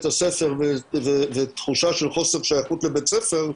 הספר ותחושה של חוסר שייכות לבית הספר,